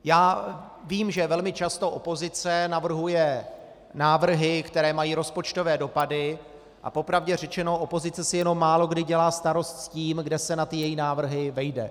Já vím, že velmi často opozice navrhuje návrhy, které mají rozpočtové dopady, a po pravdě řečeno opozice si jenom málokdy dělá starost s tím, kde se na její návrhy najde.